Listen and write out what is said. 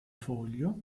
foglio